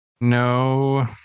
No